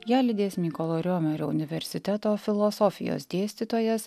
ją lydės mykolo riomerio universiteto filosofijos dėstytojas